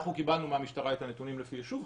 אנחנו קיבלנו מהמשטרה את הנתונים לפי יישוב,